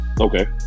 Okay